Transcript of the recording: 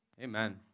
Amen